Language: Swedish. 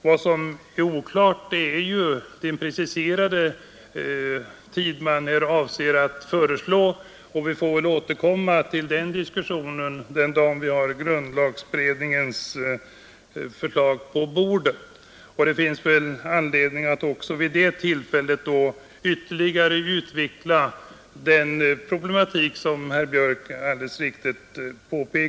Vad som är oklart är den preciserade tid man avser att föreslå — vi får väl återkomma till den diskussionen den dag vi har grundlagberedningens förslag på bordet. Det finns anledning att vid det tillfället ytterligare utveckla den problematik = Nr 124 som herr Björk alldeles riktigt påpekade.